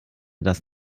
das